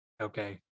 okay